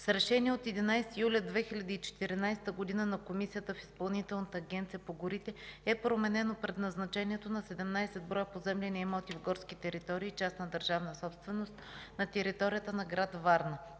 С Решение от 11 юли 2014 г. на комисията в Изпълнителната агенция по горите е променено предназначението на 17 броя поземлени имоти в горски територии – частна държавна собственост на територията на град Варна.